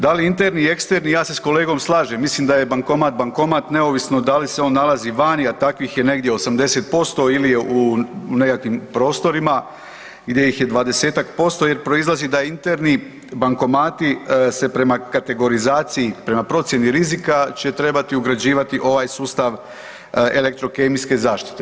Da li interni, eksterni ja se s kolegom slažem, mislim da je bankomat, bankomat neovisno da li se on nalazi vani, a takvih je negdje 80% ili u nekakvim prostorima gdje ih je 20-ak posto jer proizlaze da interni bankomati se prema kategorizaciji prema procjeni rizika će trebati ugrađivati ovaj sustav elektrokemijske zaštite.